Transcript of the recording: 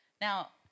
Now